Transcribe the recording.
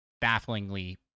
bafflingly